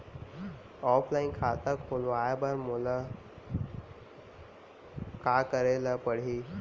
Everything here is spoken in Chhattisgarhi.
ऑफलाइन खाता खोलवाय बर मोला का करे ल परही?